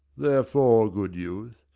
therefore, good youth,